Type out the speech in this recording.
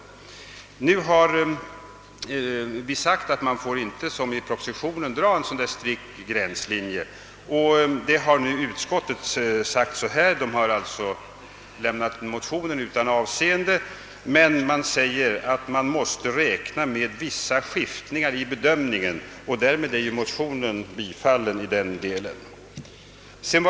Vi har sagt att man inte får som i propositionen dra en sådan strikt gränslinje. Utskottet har visserligen lämnat motionen utan avseende, men säger att man måste räkna med vissa skiftningar i bedömningen. Därmed är motionen bifallen i den delen.